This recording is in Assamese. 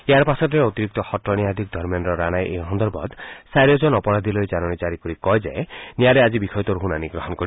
ইয়াৰ পাছতে অতিৰিক্ত সত্ৰ ন্যায়াধীশ ধৰ্মেন্দ্ৰ ৰাণাই এই সন্দৰ্ভত চাৰিওজন অপৰাধীলৈ জাননী জাৰি কৰি কয় যে ন্যায়ালয়ে আজি বিষয়টোৰ শুনানি গ্ৰহণ কৰিব